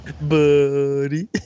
Buddy